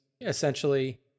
essentially